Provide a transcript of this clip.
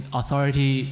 authority